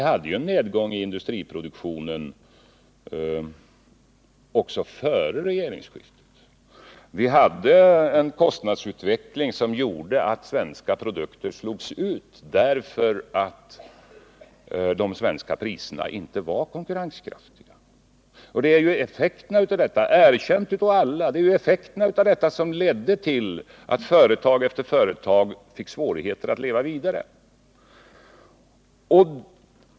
Det var ju en nedgång i industriproduktionen också före regeringsskiftet. Vi hade en kostnadsutveckling som gjorde att svenska produkter slogs ut. De svenska priserna var inte konkurrenskraftiga. Och det var ju effekterna härav — det är erkänt av alla — som ledde till att företag efter företag fick svårigheter att leva vidare.